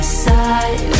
side